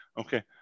Okay